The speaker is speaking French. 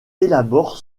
élabore